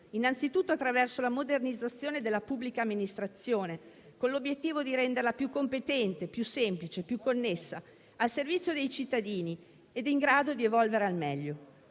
anzitutto attraverso la modernizzazione della pubblica amministrazione, con l'obiettivo di renderla più competente, semplice, connessa, al servizio dei cittadini e in grado di evolvere al meglio.